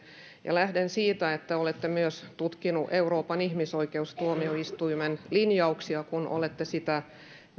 lähden siitä että olette myös tutkineet euroopan ihmisoikeustuomioistuimen linjauksia kun olette sitä